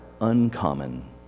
uncommon